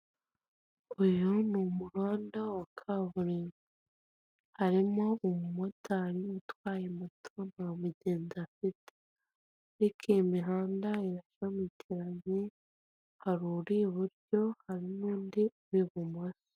Ifitemo amabara atandukanye cyane cyane ay'umutuku yanditseho amagambo y' umweru, avuga ngo banki nkuru y'u Rwanda munsi hakaba harimo ingagi iri ahantu mubihuru hirya akaba hari ahantu handitse ibihumbi bitanu na beneri(BNR).